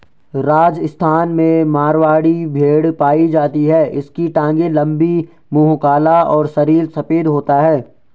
राजस्थान में मारवाड़ी भेड़ पाई जाती है इसकी टांगे लंबी, मुंह काला और शरीर सफेद होता है